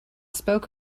spoke